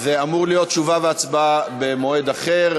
אמורה להיות תשובה והצבעה במועד אחר,